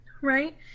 right